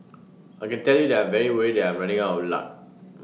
I can tell you that I'm very worried that I'm running out of luck